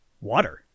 water